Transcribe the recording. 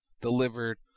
delivered